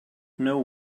know